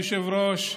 אדוני היושב-ראש,